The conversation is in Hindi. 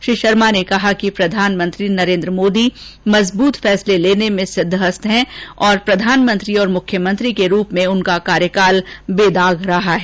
श्री शर्मा ने कहा कि प्रधानमंत्री नरेन्द्र मोदी मजबूत फैसले लेने में सिद्वहस्त हैं और प्रधानमंत्री और मुख्यमंत्री के रूप में उनका कार्यालय बेदाग रहा है